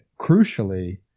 crucially